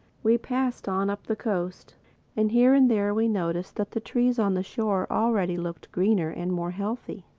we passed on up the coast and here and there we noticed that the trees on the shore already looked greener and more healthy.